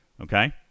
Okay